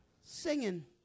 singing